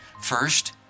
First